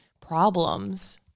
problems